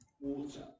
water